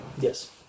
Yes